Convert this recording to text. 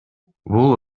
бул